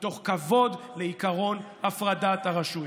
מתוך כבוד לעקרון הפרדת הרשויות.